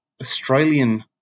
Australian